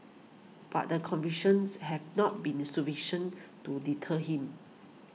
but the convictions have not been sufficient to deter him